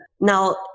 Now